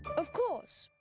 of course.